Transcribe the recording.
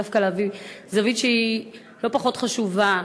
דווקא להביא זווית שהיא לא פחות חשובה,